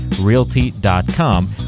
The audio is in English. realty.com